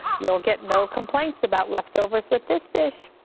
you'll get no complaints about leftovers with this dish.